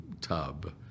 tub